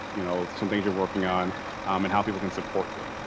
you know, some things you're working on and how people can support you,